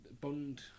Bond